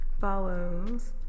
follows